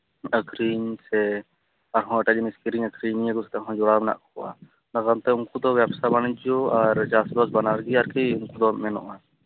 ᱟᱠᱷᱨᱤᱧ ᱥᱮ ᱟᱨᱦᱚᱸ ᱮᱴᱟᱜ ᱡᱤᱱᱤᱥ ᱠᱤᱨᱤᱧ ᱟᱠᱷᱨᱤᱧ ᱱᱤᱭᱟᱹ ᱠᱚ ᱥᱟᱛᱮ ᱦᱚᱸ ᱡᱚᱲᱟᱣ ᱢᱮᱱᱟᱜ ᱠᱚᱣᱟ ᱚᱱᱟ ᱥᱟᱶᱛᱮ ᱩᱱᱠᱩ ᱫᱚ ᱵᱮᱵᱽᱥᱟ ᱵᱟᱱᱤᱡᱡᱚ ᱪᱟᱥᱼᱵᱟᱥ ᱵᱟᱱᱟᱨᱜᱮ ᱟᱨᱠᱤ ᱩᱱᱠᱩ ᱫᱚ ᱢᱮᱱᱚᱜᱼᱟ